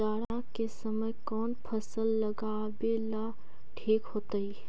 जाड़ा के समय कौन फसल लगावेला ठिक होतइ?